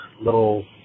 Little